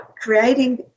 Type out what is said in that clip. creating